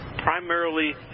primarily